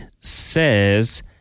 says